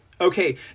Okay